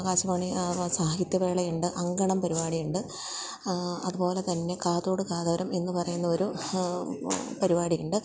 ആകാശവാണിയില് സാഹിത്യവേളയുണ്ട് അങ്കണം പരിപാടിയുണ്ട് അതുപോലെ തന്നെ കാതോടുകാതോരമെന്ന് പറയുന്ന ഒരു പരിപാടിയുണ്ട്